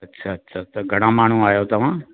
अच्छा अच्छा त घणा माण्हू आहियो तव्हां